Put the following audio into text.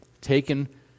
taken